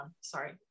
sorry